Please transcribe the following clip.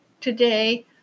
today